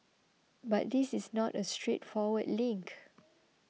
but this is not a straightforward link